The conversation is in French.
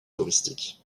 touristique